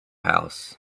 house